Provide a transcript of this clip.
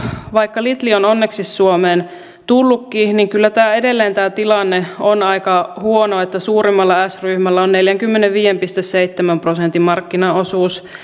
vaikka lidl on onneksi suomeen tullutkin kyllä tämä tilanne edelleen on aika huono kun suurimmalla s ryhmällä on neljänkymmenenviiden pilkku seitsemän prosentin markkinaosuus